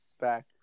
Back